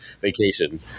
vacation